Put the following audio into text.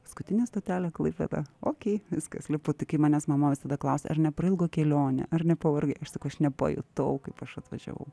paskutinė stotelė klaipėda okei viskas lipu tai kai manęs mama visada klausia ar neprailgo kelionė ar nepavargai aš sakau aš nepajutau kaip aš atvažiavau